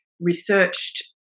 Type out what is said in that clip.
researched